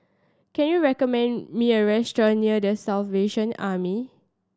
can you recommend me a restaurant near The Salvation Army